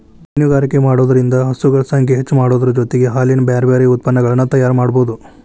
ಹೈನುಗಾರಿಕೆ ಮಾಡೋದ್ರಿಂದ ಹಸುಗಳ ಸಂಖ್ಯೆ ಹೆಚ್ಚಾಮಾಡೋದರ ಜೊತೆಗೆ ಹಾಲಿನ ಬ್ಯಾರಬ್ಯಾರೇ ಉತ್ಪನಗಳನ್ನ ತಯಾರ್ ಮಾಡ್ಬಹುದು